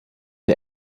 der